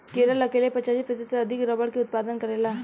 केरल अकेले पचासी प्रतिशत से अधिक रबड़ के उत्पादन करेला